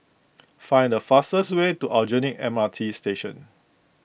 find the fastest way to Aljunied M R T Station